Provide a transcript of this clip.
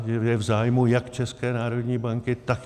Je v zájmu jak České národní banky, tak...